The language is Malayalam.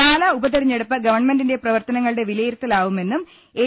പാലാ ഉപതെരഞ്ഞെടുപ്പ് ഗവൺമെന്റിന്റെ പ്രവർത്തനങ്ങളുടെ വില യിരുത്തലാവുമെന്നും എൽ